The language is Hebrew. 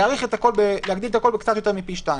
להגדיל את הכול בקצת יותר מפי שניים.